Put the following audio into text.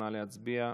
נא להצביע.